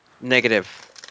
Negative